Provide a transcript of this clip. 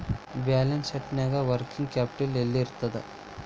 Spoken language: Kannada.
ಬ್ಯಾಲನ್ಸ್ ಶೇಟ್ನ್ಯಾಗ ವರ್ಕಿಂಗ್ ಕ್ಯಾಪಿಟಲ್ ಯೆಲ್ಲಿರ್ತದ?